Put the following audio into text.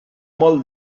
molt